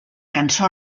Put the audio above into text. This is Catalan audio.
cançó